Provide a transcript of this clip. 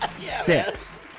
Six